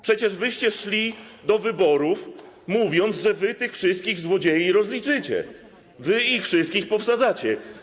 Przecież szliście do wyborów, mówiąc, że wy tych wszystkich złodziei rozliczycie, że ich wszystkich powsadzacie.